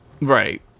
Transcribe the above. Right